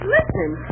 Listen